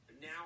Now